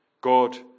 God